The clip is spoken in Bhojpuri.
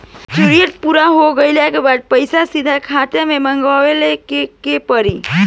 मेचूरिटि पूरा हो गइला के बाद पईसा सीधे खाता में मँगवाए ला का करे के पड़ी?